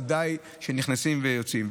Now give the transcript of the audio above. ודאי כשנכנסים ויוצאים.